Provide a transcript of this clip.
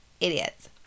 idiots